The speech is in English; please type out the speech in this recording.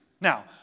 Now